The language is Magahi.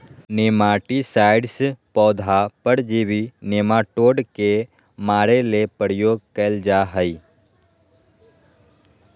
नेमाटीसाइड्स पौधा परजीवी नेमाटोड के मारे ले प्रयोग कयल जा हइ